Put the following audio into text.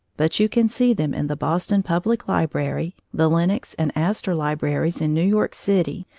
but you can see them in the boston public library, the lenox and astor libraries in new york city,